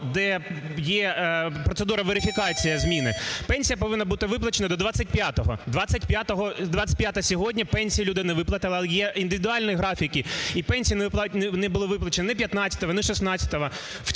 де є процедура верифікації зміни. Пенсія повинна бути виплачена до 25-го. 25-е – сьогодні, пенсію людям не виплатили, але є індивідуальні графіки і пенсії не були виплачені ні 15-го, ні 16-го.